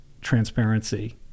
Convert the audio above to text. transparency